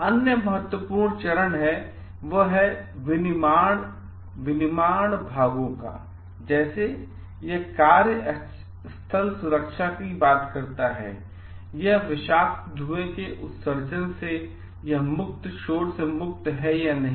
एक अन्य महत्वपूर्ण चरण है विनिर्माण भागों का जैसे यह कार्यस्थल सुरक्षा की बात करता है यह विषाक्त धुएं के उत्सर्जन से या मुक्त शोर से मुक्त है कि नहीं